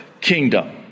kingdom